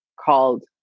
called